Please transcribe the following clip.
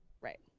Right